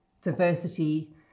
diversity